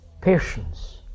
patience